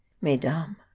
Madame